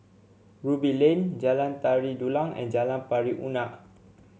Ruby Lane Jalan Tari Dulang and Jalan Pari Unak